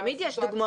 תמיד יש דוגמאות.